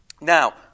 Now